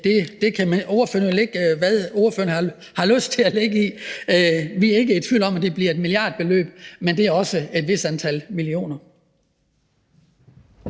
kan lægge i det, hvad ordføreren har lyst til at lægge i det. Vi er ikke i tvivl om, at det bliver et millardbeløb, men det er også et vist antal millioner.